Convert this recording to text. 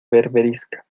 berberisca